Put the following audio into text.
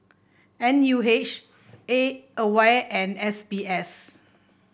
N U H A Aware and S B S